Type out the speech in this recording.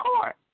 court